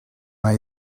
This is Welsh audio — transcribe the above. mae